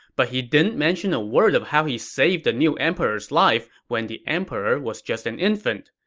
but he didn't mention a word of how he saved the new emperor's life when the emperor was just an infant.